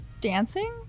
dancing